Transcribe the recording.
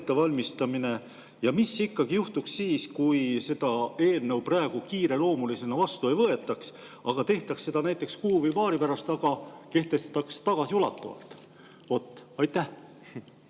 ettevalmistamine? Ja mis juhtuks siis, kui seda eelnõu praegu kiireloomulisena vastu ei võetaks, aga tehtaks seda näiteks kuu või paari pärast, ja kehtestataks tagasiulatuvalt? Suur